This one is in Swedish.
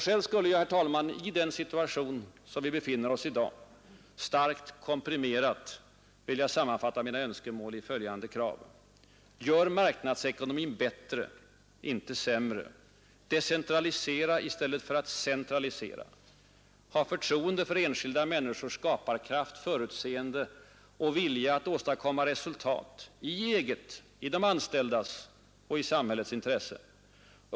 Själv skulle jag, herr talman, i den situation som vi befinner oss i i dag, starkt komprimerat vilja sammanfatta mina önskemål i följande krav: Gör marknadsekonomin bättre, inte sämre! Decentralisera i stället för att centralisera! Ha förtroende för enskilda människors skaparkraft, förutseende och vilja att åstadkomma resultat i eget, i de anställdas och i samhällets intresse!